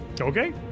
Okay